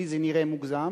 שלי זה נראה מוגזם,